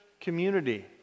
community